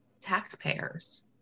taxpayers